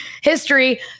history